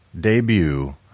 debut